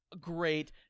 Great